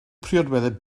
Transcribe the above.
priodweddau